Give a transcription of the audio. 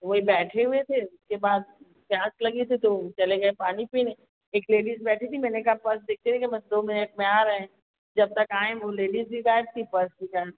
वहीं बैठे हुए थे इसके बाद प्यास लगी थी तो चले गए पानी पीने एक लेडीज़ बैठी थी मैंने कहा पर्स देखते रहिएगा मैं बस दो मिनट में आ रहें जब तक आएँ वह लेडीज़ भी गायब थी पर्स भी गायब था